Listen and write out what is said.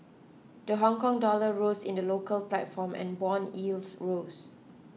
the Hongkong dollar rose in the local platform and bond yields rose